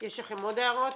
יש לכם עוד הערות?